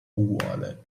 uguale